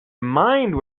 mind